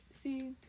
see